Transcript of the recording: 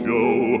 Joe